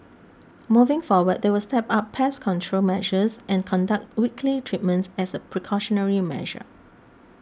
moving forward they will step up pest control measures and conduct weekly treatments as a precautionary measure